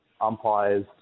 umpires